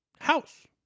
house